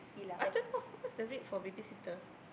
I don't know what's the rate for baby sitter